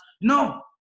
No